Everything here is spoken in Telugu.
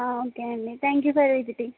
ఓకే అండి థ్యాంక్ యూ ఫర్ విజిటింగ్